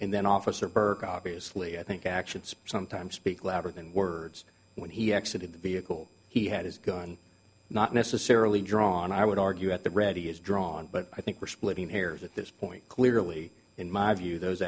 and then officer burke obviously i think actions sometimes speak louder than words when he exit in the vehicle he had his gun not necessarily drawn i would argue at the ready is drawn but i think we're splitting hairs at this point clearly in my view those